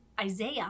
Isaiah